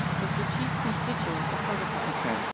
was the chief constituent of protoplasm.